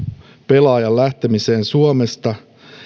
pelaajan lähtemiseen suomesta